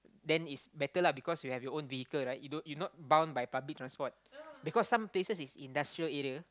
then it's better lah because you have your own vehicle right you don't you not bound by public transport because some places is industrial area